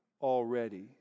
already